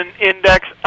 index